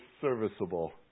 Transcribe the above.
serviceable